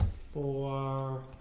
for